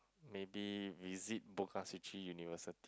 maybe visit Bogazici University